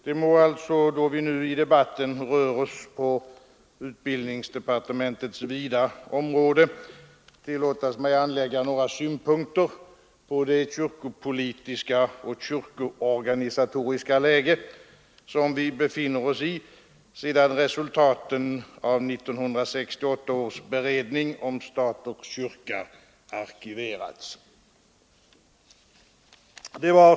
Det må alltså, då vi nu i debatten rör oss på utbildningsdepartementets vida område, tillåtas mig att anlägga några synpunkter på det kyrkopolitiska och det kyrkoorganisatoriska läge som vi befinner oss i sedan resultaten av 1968 års beredning om stat och kyrka arkiverats.